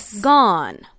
gone